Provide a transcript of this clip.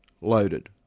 loaded